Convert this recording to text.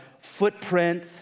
footprint